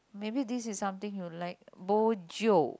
maybe this is something you like bo jio